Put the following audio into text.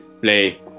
play